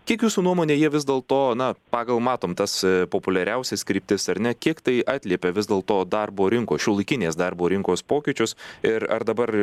kiek jūsų nuomone jie vis dėl to na pagal matom tas populiariausias kryptis ar ne kiek tai atliepia vis dėl to darbo rinkos šiuolaikinės darbo rinkos pokyčius ir ar dabar